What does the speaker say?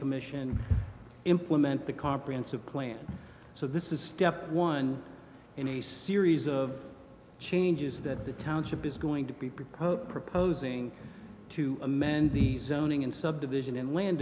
commission implement the comprehensive plan so this is step one in a series of changes that the township is going to be pope proposing to amend the zoning and subdivision in land